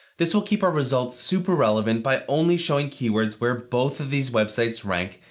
this will keep our results super relevant by only showing keywords where both of these websites rank,